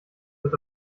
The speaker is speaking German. wird